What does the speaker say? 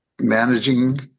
managing